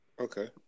Okay